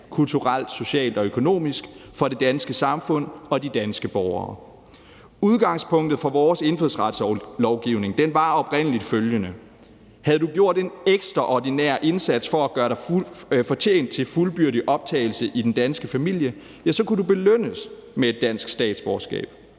kulturelt, socialt og økonomisk for det danske samfund og de danske borgere. Udgangspunktet for vores indfødsretslovgivning var oprindelig følgende: Havde du gjort en ekstraordinær indsats for at gøre dig fortjent til fuldbyrdet optagelse i den danske familie, kunne du belønnes med et dansk statsborgerskab.